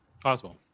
Possible